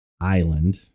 Island